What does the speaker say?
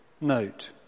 note